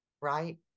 right